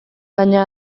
baina